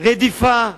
רדיפה,